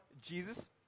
Jesus